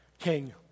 king